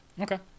Okay